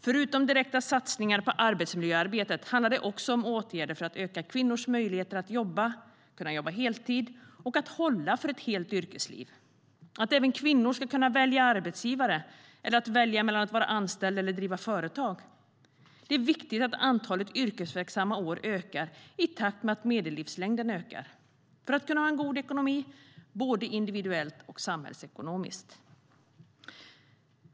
Förutom direkta satsningar på arbetsmiljöarbetet handlar det också om att åtgärder för att öka kvinnors möjligheter att jobba, att kunna jobba heltid och att hålla för ett helt yrkesliv samt att kvinnor även ska kunna välja arbetsgivare eller välja mellan att vara anställd eller driva företag. Det är viktigt att antalet yrkesverksamma år ökar i takt med att medellivslängden ökar, för att kunna ha en god ekonomi både individuellt och samhällsekonomiskt.